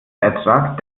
ertrag